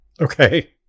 Okay